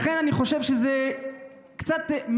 לכן אני חושב שאותה תשובה שקיבלנו היא קצת מריחה,